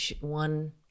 one